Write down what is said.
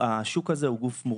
השוק הזה הוא שוק מורכב.